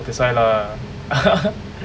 that's why lah